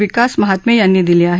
विकास महात्मे यांनी दिले आहेत